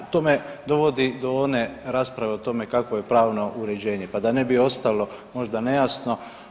To me dovodi do one rasprave o tome kakvo je pravno uređenje, pa da ne bi ostalo možda nejasno.